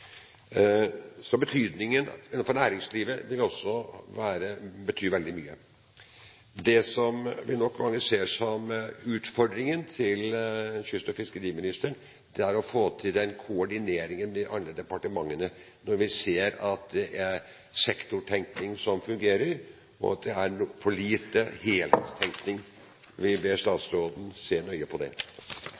Det som mange nok ser som kyst- og fiskeriministerens utfordring, er å få til koordineringen med de andre departementene, når vi ser at det nå er sektortenkning som fungerer, og at det er for lite helhetstenkning. Vi ber statsråden se nøye på det.